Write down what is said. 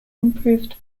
improved